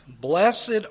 Blessed